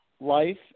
life